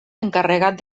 encarregat